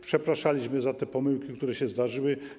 Przepraszaliśmy za te pomyłki, które się zdarzyły.